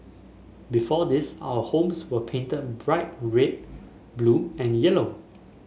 before this our homes were painted bright red blue and yellow